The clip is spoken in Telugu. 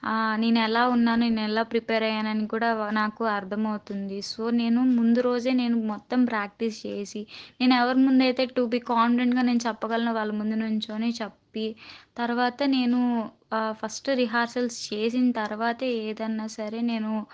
నేను ఎలా ఉన్నాను నేను ఎలా ప్రిపేర్ అయ్యాను అని కూడా నాకు అర్ధం అవుతుంది సో నేను ముందు రోజే నేను మొత్తం ప్రాక్టీస్ చేసి నేను ఎవరి ముందు అయితే టు బి కాన్ఫిడెంట్గా నేను చెప్పగలను వాళ్ళ ముందు నిలుచుని చెప్పి తర్వాత నేను ఫస్ట్ రిహార్సల్స్ చేసిన తర్వాతే ఏదైనా సరే నేను